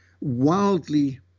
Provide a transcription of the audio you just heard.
wildly